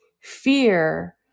fear